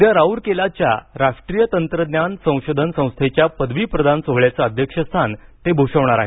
उद्या राऊरकेलाच्या राष्ट्रीय तंत्रज्ञान संशोधन संस्थेच्या पदवीप्रदान सोहळ्याचं अध्यक्षस्थान ते भूषवणार आहेत